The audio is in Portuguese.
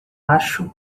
acho